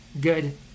good